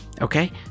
okay